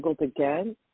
again